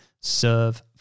Serve